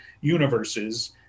universes